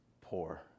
poor